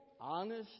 honest